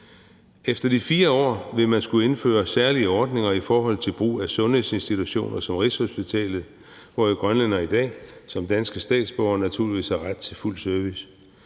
Efter de 4 år vil man skulle indføre særlige ordninger i forhold til brug af sundhedsinstitutioner som Rigshospitalet, hvor grønlændere jo i dag som danske statsborgere naturligvis har ret til fuld service.